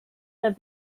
that